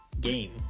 game